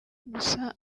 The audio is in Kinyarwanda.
gusa